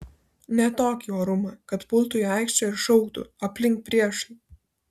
ne tokį orumą kad pultų į aikštę ir šauktų aplink priešai